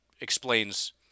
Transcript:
explains